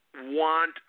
want